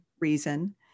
reason